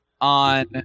on